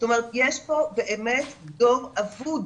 יש פה באמת דור אבוד.